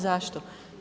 Zašto?